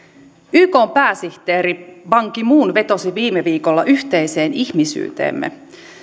ykn pääsihteeri ban ki moon vetosi viime viikolla yhteiseen ihmisyyteemme